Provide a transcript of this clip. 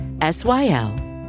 S-Y-L